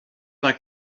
like